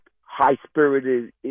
high-spirited